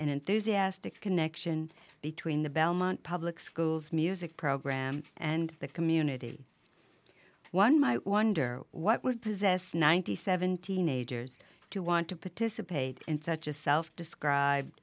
enthusiastic connection between the belmont public schools music program and the community one might wonder what would possess ninety seven teenagers to want to participate in such a self described